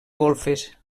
golfes